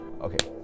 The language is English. Okay